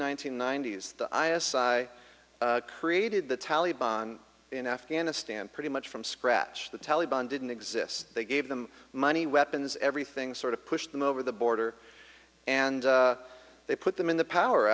hundred ninety s the i s i created the taliban in afghanistan pretty much from scratch the taliban didn't exist they gave them money weapons everything sort of pushed them over the border and they put them in the power